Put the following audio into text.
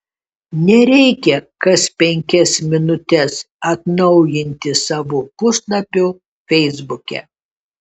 nereikia kas penkias minutes atnaujinti savo puslapio feisbuke